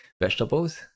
Vegetables